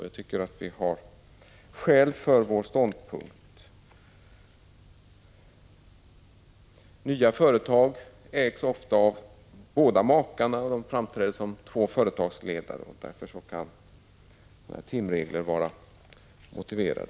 Jag tycker att vi har goda skäl för vår ståndpunkt. Nya företag ägs ofta av båda makarna. De framträder som två företagsledare, och därför kan timregeln vara motiverad.